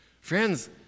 friends